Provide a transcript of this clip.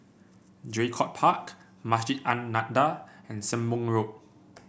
Draycott Park Masjid An Nahdhah and Sembong Road